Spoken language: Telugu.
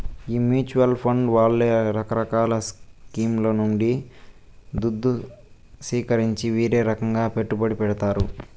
ఈ మూచువాల్ ఫండ్ వాళ్లే రకరకాల స్కీంల నుండి దుద్దు సీకరించి వీరే రకంగా పెట్టుబడి పెడతారు